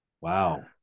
Wow